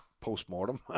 postmortem